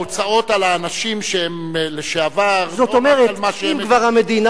הוצאות על האנשים שהם "לשעבר" הן לא רק על מה שהם מקבלים,